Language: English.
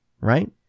right